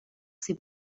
ces